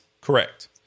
Correct